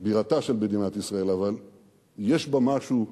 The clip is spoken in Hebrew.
בירתה של מדינת ישראל, אבל יש בה משהו נוסף,